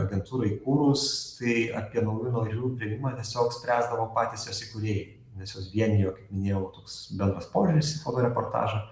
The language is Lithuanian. agentūrą įkūrus tai apie naujų narių priėmimą tiesiog spręsdavo patys jos įkūrėjai nes juos vienijo kaip minėjau toks bendras požiūris į fotoreportažą